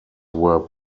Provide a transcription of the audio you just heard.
were